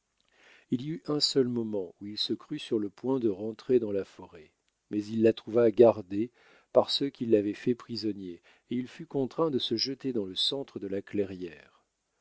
il y eut un seul moment où il se crut sur le point de rentrer dans la forêt mais il la trouva gardée par ceux qui l'avaient fait prisonnier et il fut contraint de se jeter dans le centre de la clairière